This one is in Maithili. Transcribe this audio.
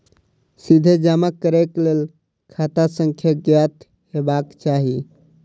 सीधे जमा करैक लेल खाता संख्या ज्ञात हेबाक चाही